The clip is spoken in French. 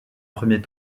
premier